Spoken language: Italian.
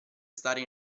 stare